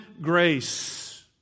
grace